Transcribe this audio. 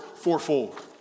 fourfold